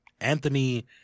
Anthony